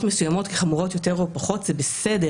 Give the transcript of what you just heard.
מסוימות כחמורות יותר או פחות זה בסדר,